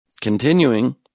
Continuing